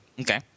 Okay